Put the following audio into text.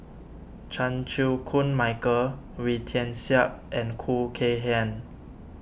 Chan Chew Koon Michael Wee Tian Siak and Khoo Kay Hian